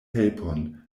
helpon